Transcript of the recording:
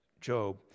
Job